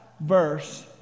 verse